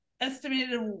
estimated